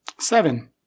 Seven